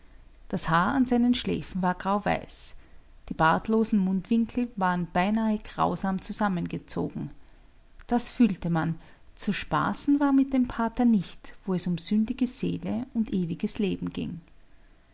das haar an seinen schläfen war grauweiß die bartlosen mundwinkel waren beinahe grausam zusammengezogen das fühlte man zu spaßen war mit dem pater nicht wo es um sündige seele und ewiges leben ging